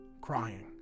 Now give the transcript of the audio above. crying